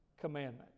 commandment